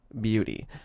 beauty